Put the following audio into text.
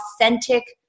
authentic